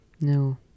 No